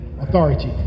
authority